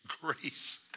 grace